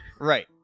Right